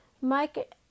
Mike